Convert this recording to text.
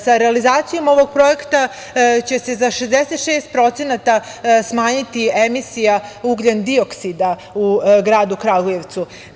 Sa realizacijom ovog projekta će se za 66% smanjiti emisija ugljendioksida u gradu Kragujevcu.